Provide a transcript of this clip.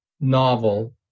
novel